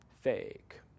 fake